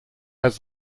has